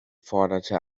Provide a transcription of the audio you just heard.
forderte